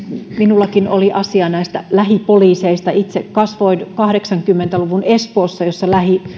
minullakin oli asiaa näistä lähipoliiseista itse kasvoin kahdeksankymmentä luvun espoossa jossa